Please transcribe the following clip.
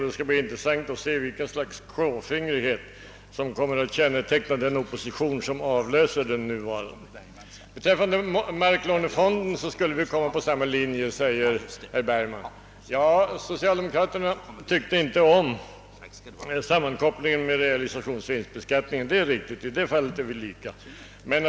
Det skall bli intressant att se vilket slags klåfingrighet som kommer att känneteckna den opposition som avlöser den nuvarande. Beträffande marklånefonden skulle vi hamna på samma linje, säger herr Bergman. Socialdemokraterna tyckte inte om sammankopplingen med realisations vinstbeskattningen, det är riktigt: I det fallet har vi alltså samma uppfattning.